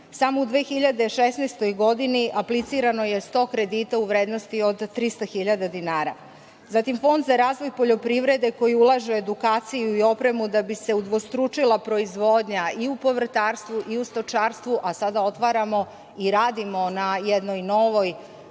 u 2016. godini aplicirano je 100 kredita u vrednosti od 300 hiljada dinara. Zatim, Fond za razvoj poljoprivrede koji ulaže u edikuaciju i opremu da bi se udvostručila proizvodnja i u povrtarstvu i u stočarstu, a sada otvaramo i radimo na jednoj novoj